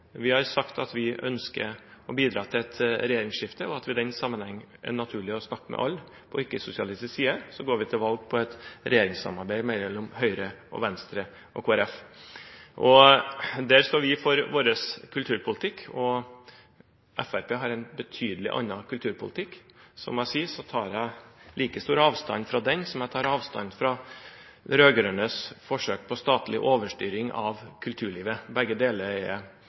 Vi har sagt at vi ønsker å bidra til et regjeringsskifte, og at det i den sammenheng er naturlig å snakke med alle på ikke-sosialistisk side. Vi går til valg på et regjeringssamarbeid mellom Høyre, Venstre og Kristelig Folkeparti. Der står vi for vår kulturpolitikk. Fremskrittspartiet har en ganske annen kulturpolitikk. Som jeg sier: Jeg tar like sterkt avstand til den som til de rød-grønnes forsøk på statlig overstyring av kulturlivet. Begge deler er